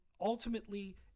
ultimately